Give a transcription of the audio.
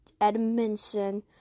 Edmondson